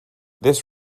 this